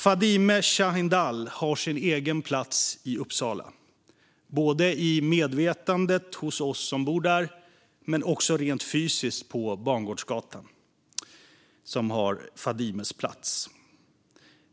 Fadime Sahindal har sin egen plats i Uppsala - både i medvetandet hos oss som bor där och rent fysiskt på Bangårdsgatan, där Fadimes plats finns.